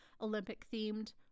Olympic-themed